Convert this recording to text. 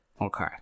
Okay